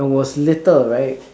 I was little right